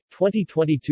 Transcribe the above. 2022